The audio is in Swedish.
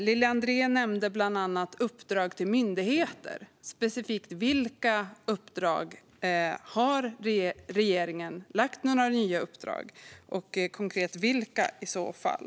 Lili André nämnde bland annat uppdrag till myndigheter. Specifikt vilka uppdrag är det, undrar jag. Har regeringen lagt några nya uppdrag, och konkret vilka i så fall?